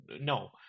no